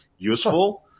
Useful